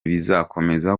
bizakomeza